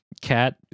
cat